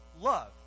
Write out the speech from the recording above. love